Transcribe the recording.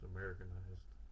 Americanized